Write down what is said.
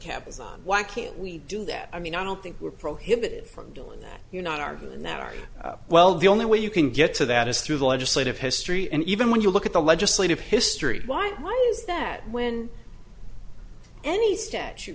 cabazon why can't we do that i mean i don't think we're prohibited from doing that you're not arguing that our well the only way you can get to that is through the legislative history and even when you look at the legislative history why why is that when any statu